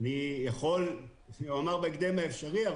הוא אמר בהקדם האפשרי,